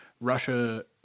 Russia